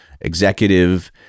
executive